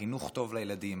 חינוך טוב לילדים,